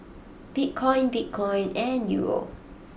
Bitcoin Bitcoin and Euro